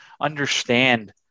understand